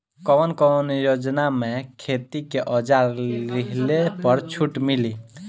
कवन कवन योजना मै खेती के औजार लिहले पर छुट मिली?